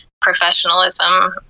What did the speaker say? professionalism